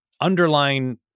underlying